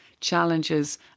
challenges